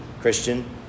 Christian